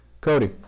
Cody